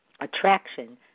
attraction